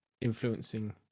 influencing